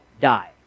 die